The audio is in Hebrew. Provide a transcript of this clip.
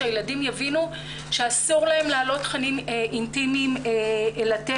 שהילדים יבינו שאסור להם להעלות תכנים אינטימיים לטלפון.